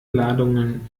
ladungen